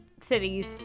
cities